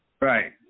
Right